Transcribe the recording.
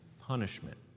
punishment